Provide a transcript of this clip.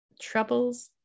troubles